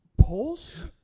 Pulse